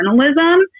journalism